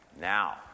Now